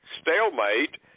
stalemate